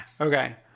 Okay